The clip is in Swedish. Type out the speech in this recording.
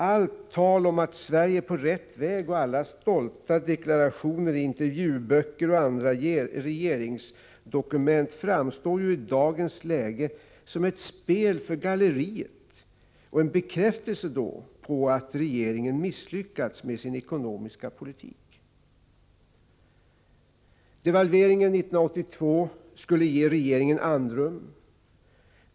Allt tal om att Sverige är på rätt väg och alla stolta deklarationer i intervjuböcker och regeringsdokument framstår i dagens läge som ett spel för galleriet och därmed en bekräftelse på att regeringen har misslyckats med sin ekonomiska politik. Devalveringen 1982 skulle ge regeringen andrum.